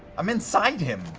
i'm inside him!